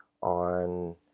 on